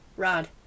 rod